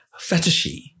fetishy